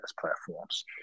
platforms